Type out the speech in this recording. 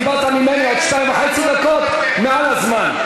קיבלת ממני עוד שתיים וחצי דקות מעל הזמן.